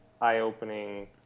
eye-opening